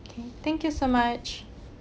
okay thank you so much